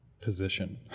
position